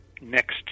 next